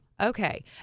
Okay